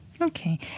Okay